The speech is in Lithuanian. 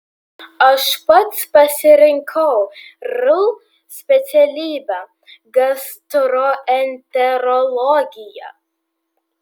aš pats pasirinkau rl specialybę gastroenterologiją